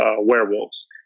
werewolves